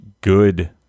good